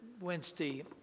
Wednesday